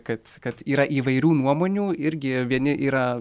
kad kad yra įvairių nuomonių irgi vieni yra